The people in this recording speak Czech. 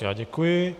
Já děkuji.